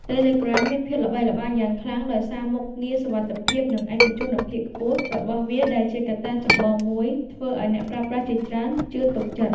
Telegram មានភាពល្បីល្បាញយ៉ាងខ្លាំងដោយសារមុខងារ សុវត្ថិភាព និងឯកជនភាពខ្ពស់ របស់វា ដែលជាកត្តាចម្បងមួយធ្វើឲ្យអ្នកប្រើប្រាស់ជាច្រើនជឿទុកចិត្ត។